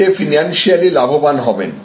এতে ফিনান্সিয়ালি লাভবান হবেন